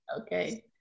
Okay